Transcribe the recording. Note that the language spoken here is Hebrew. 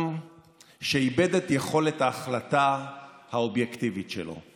שאיבד את יכולת ההחלטה האובייקטיבית שלו.